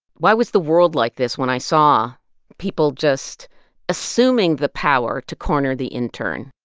why was the world like this, when i saw people just assuming the power to corner the intern?